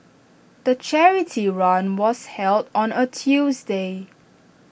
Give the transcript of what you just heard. the charity run was held on A Tuesday